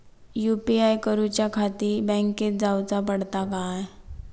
UPI करूच्याखाती बँकेत जाऊचा पडता काय?